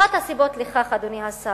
אחת הסיבות לכך, אדוני השר,